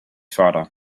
father